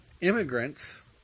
immigrants